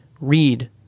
read